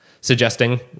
suggesting